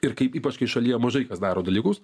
ir kaip ypač kai šalyje mažai kas daro dalykus